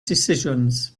decisions